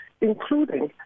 including